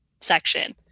section